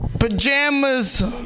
pajamas